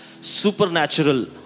supernatural